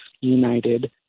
United